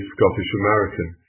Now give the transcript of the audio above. Scottish-American